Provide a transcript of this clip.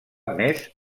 més